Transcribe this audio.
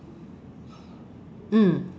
mm